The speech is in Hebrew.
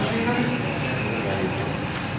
לאחר פטירתו),